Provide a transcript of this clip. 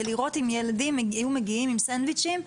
לראות אם ילדים היו מגיעים עם סנדוויצ'ים,